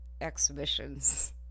Exhibitions